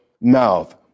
mouth